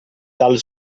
dal